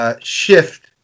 Shift